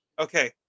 Okay